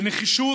בנחישות,